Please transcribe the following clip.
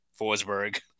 Forsberg –